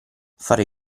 fare